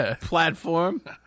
platform